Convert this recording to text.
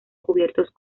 cubiertos